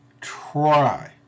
try